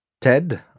Ted